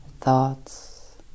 thoughts